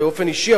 באופן אישי,